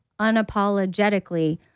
unapologetically